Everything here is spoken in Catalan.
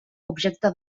objecte